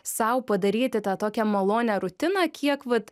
sau padaryti tą tokią malonią rutiną kiek vat